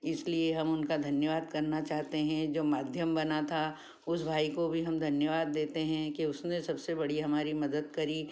इसलिए हम उनका धन्यवाद करना चाहते हैं जो माध्यम बना था उस भाई को भी हम धन्यवाद देते हैं कि उसने सबसे बड़ी हमारी मदद करी